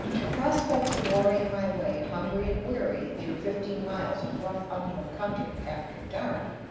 the prospect of worrying my way, hungry and weary, through fifteen miles of rough, unknown country, after dark,